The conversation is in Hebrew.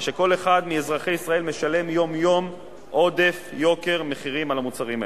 וכל אחד מאזרחי ישראל משלם יום-יום עודף יוקר מחירים על המוצרים האלה.